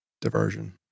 Diversion